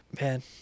Man